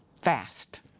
fast